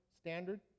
standard